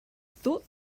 thought